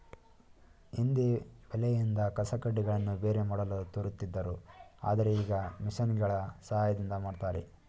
ಹಿಂದೆ ಬೆಳೆಯಿಂದ ಕಸಕಡ್ಡಿಗಳನ್ನು ಬೇರೆ ಮಾಡಲು ತೋರುತ್ತಿದ್ದರು ಆದರೆ ಈಗ ಮಿಷಿನ್ಗಳ ಸಹಾಯದಿಂದ ಮಾಡ್ತರೆ